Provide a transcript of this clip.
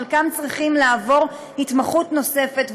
חלקם צריכים לעבור התמתחות נוספת,